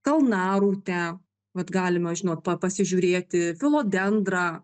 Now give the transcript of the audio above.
kalnarūtę vat galima žinot pasižiūrėti filodendrą